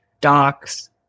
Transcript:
docs